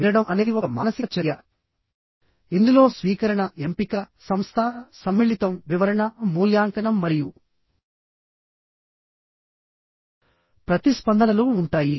వినడం అనేది ఒక మానసిక చర్య ఇందులో స్వీకరణ ఎంపిక సంస్థ సమ్మిళితం వివరణ మూల్యాంకనం మరియు ప్రతిస్పందనలు ఉంటాయి